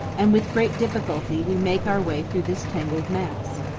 and with great difficulty we make our way through this tangled mass.